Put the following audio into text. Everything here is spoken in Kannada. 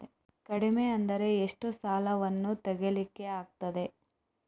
ಕಡಿಮೆ ಅಂದರೆ ಎಷ್ಟು ಸಾಲವನ್ನು ತೆಗಿಲಿಕ್ಕೆ ಆಗ್ತದೆ?